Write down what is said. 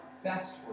best